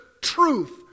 truth